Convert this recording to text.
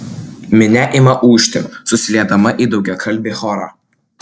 minia ima ūžti susiliedama į daugiakalbį chorą